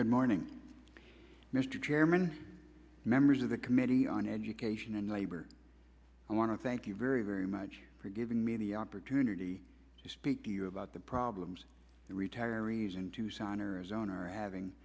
good morning mr chairman members of the committee on education and labor i want to thank you very very much for giving me the opportunity to speak to you about the problems that retirees in tucson arizona are having